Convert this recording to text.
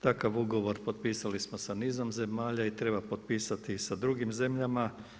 Takav ugovor potpisali smo sa nizom zemalja i treba potpisati sa drugim zemljama.